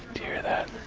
hear that?